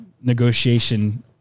negotiation